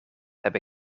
heb